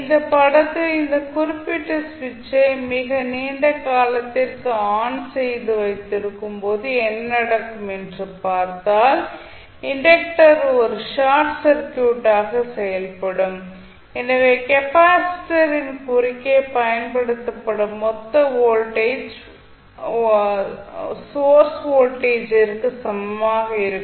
இந்த படத்தில் இந்த குறிப்பிட்ட சுவிட்சை மிக நீண்ட காலத்திற்கு ஆன் செய்து வைத்திருக்கும் போது என்ன நடக்கும் என்று பார்த்தால் இண்டக்டர் ஒரு ஷார்ட் சர்க்யூட்டாக செயல்படும் எனவே கெப்பாசிட்டரின் குறுக்கே பயன்படுத்தப்படும் மொத்த வோல்டேஜ் சோர்ஸ் வோல்டேஜிற்கு சமமாக இருக்கும்